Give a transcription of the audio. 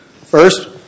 First